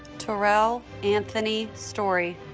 tarrell anthony storey